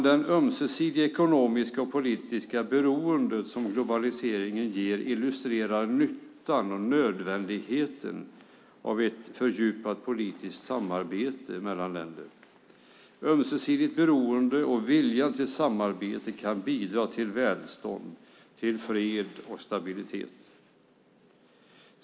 Det ömsesidiga ekonomiska och politiska beroende som globaliseringen ger illustrerar nyttan och nödvändigheten av ett fördjupat politiskt samarbete mellan länder. Ömsesidigt beroende och viljan till samarbete kan bidra till välstånd, fred och stabilitet.